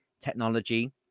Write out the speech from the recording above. technology